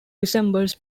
resembles